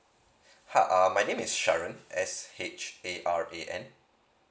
um my name is sharen s h a r e n